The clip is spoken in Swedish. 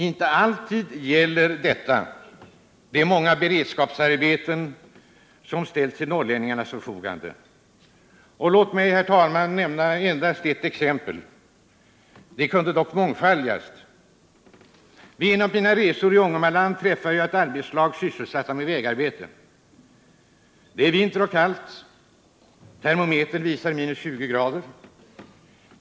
Inte alltid gäller detta de många beredskapsarbeten som ställs till norrlänningarnas förfogande. Låt mig, herr talman, nämna endast ett exempel på detta. Det kunde dock mångfaldigas. Vid en av mina resor i Ångermanland träffade jag ett arbetslag som var sysselsatt med vägarbete. Det är vinter och kallt, termometern visar minus 20 grader.